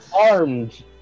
armed